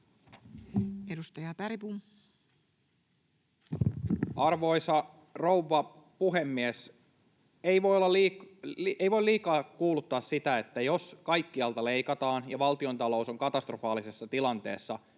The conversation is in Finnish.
21:46 Content: Arvoisa rouva puhemies! Ei voi liikaa kuuluttaa sitä, että jos kaikkialta leikataan ja valtiontalous on katastrofaalisessa tilanteessa,